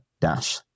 dash